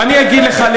אני אגיד לך.